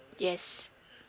yes